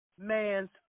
man's